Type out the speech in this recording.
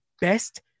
best